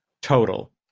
total